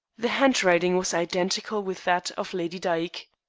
the handwriting was identical with that of lady dyke.